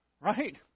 right